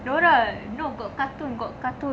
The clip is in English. nora look got cartoon got cartoon